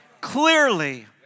clearly